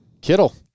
Kittle